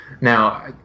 Now